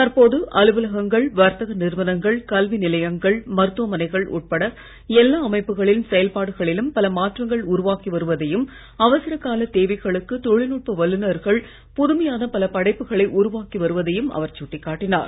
தற்போது அலுவலகங்கள் வர்த்தக நிறுவனங்கள் கல்வி நிலையங்கள் மருத்துவமனைகள் உட்பட எல்லா அமைப்புகளின் செயல்பாடுகளிலும் பல மாற்றங்கள் உருவாகி வருவதையும் அவசர கால தேவைகளுக்கு தொழில்நுட்ப வல்லுனர்கள் புதுமையான பல படைப்புகளை உருவாக்கி வருவதையும் அவர் சுட்டிக் காட்டினார்